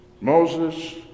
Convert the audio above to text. Moses